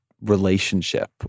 relationship